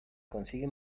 consigue